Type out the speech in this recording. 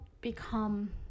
become